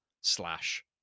slash